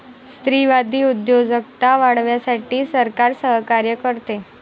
स्त्रीवादी उद्योजकता वाढवण्यासाठी सरकार सहकार्य करते